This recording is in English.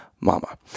mama